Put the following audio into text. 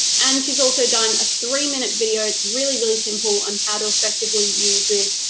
and she's also done a three minute video, it's really, really simple, on how to effectively use this.